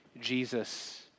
Jesus